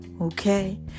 Okay